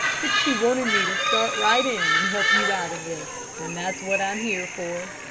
but she wanted me to start right in and help you out of this, and that's what i'm here for.